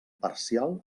parcial